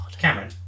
Cameron